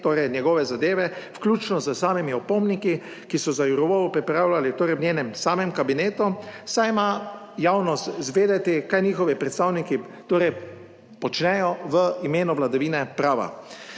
torej njegove zadeve, vključno s samimi opomniki, ki so za Jourovo pripravljali, torej v njenem samem kabinetu, saj ima javnost izvedeti, kaj njihovi predstavniki torej počnejo v imenu vladavine prava.